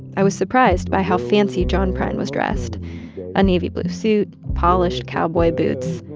i was surprised by how fancy john prine was dressed a navy-blue suit, polished cowboy boots.